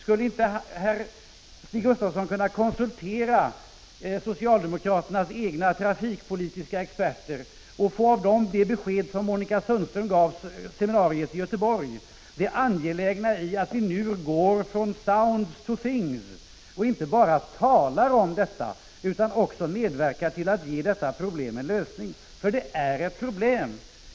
Skulle inte Stig Gustafsson kunna konsultera socialdemokraternas egna trafikpolitiska experter och av dem få det besked som Monica Sundström gav seminariet i Göteborg, nämligen det angelägna i att vi nu går från ”sounds to things” och inte bara talar om detta utan också medverkar till att ge detta problem en lösning — för det är ett problem.